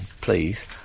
please